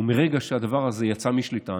ומרגע שהדבר הזה יצא משליטה,